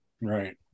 Right